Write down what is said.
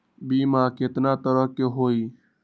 बीमा केतना तरह के होइ?